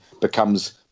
becomes